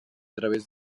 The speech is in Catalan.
través